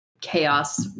chaos